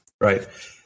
Right